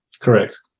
Correct